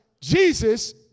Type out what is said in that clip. Jesus